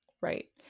Right